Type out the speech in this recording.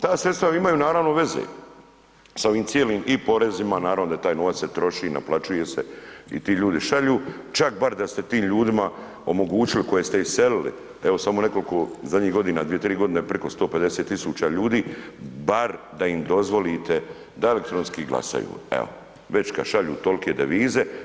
Ta sredstva imaju naravno veze sa ovim cijelim i porezima, naravno da se taj novac troši, naplaćuje se i ti ljudi šalju, čak bar da ste tim ljudima omogućili koje ste iselili, evo samo nekoliko zadnjih godina, dvije, tri godine priko 150.000 ljudi bar da im dozvolite da elektronski glasaju, evo već kada šalju tolike devize.